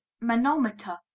manometer